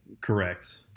Correct